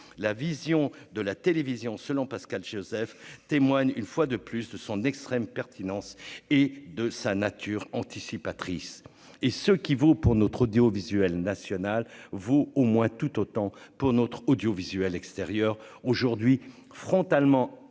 la vision de la télévision, selon Pascal Josèphe, témoigne une fois de plus de son extrême pertinence et de sa nature anticipatrice et ce qui vaut pour notre audiovisuel national vous au moins tout autant pour notre audiovisuel extérieur aujourd'hui frontalement